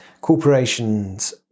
corporations